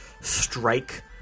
strike